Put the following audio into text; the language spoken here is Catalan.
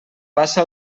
passa